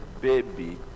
baby